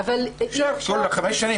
אפשר כל חמש שנים.